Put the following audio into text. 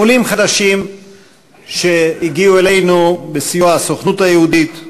עולים חדשים שהגיעו אלינו בסיוע הסוכנות היהודית,